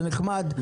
זה נחמד,